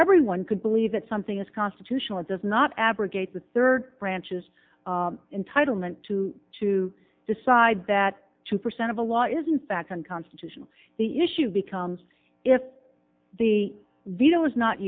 everyone could believe that something is constitutional or does not abrogate the third branches entitlement to to decide that two percent of the law isn't back unconstitutional the issue becomes if the veto is not